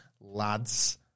lads